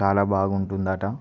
చాలా బాగుంటుందట